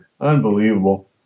Unbelievable